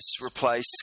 replace